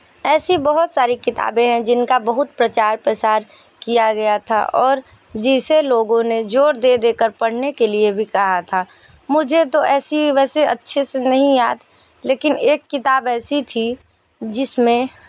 ऐसी बहुत सारी किताबें हैं जिनका बहुत प्रचार प्रसार किया गया था और जिसे लोगों ने ज़ोर दे दे कर पढ़ने के लिए भी कहा था मुझे तो ऐसी वैसे अच्छे से नहीं याद लेकिन एक किताब ऐसी थी जिसमें